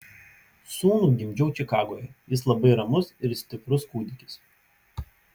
sūnų gimdžiau čikagoje jis labai ramus ir stiprus kūdikis